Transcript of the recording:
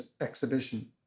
exhibition